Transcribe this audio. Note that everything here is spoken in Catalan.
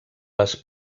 les